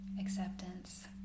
Acceptance